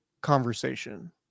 conversation